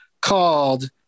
called